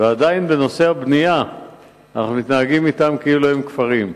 ועדיין בנושא הבנייה אנחנו מתנהגים אתם כאילו הם כפרים.